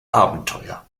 abenteuer